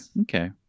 okay